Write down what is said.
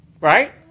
right